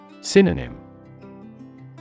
Synonym